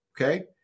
Okay